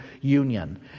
Union